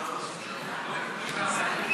ההצעה להעביר